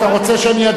אתה רוצה שאני,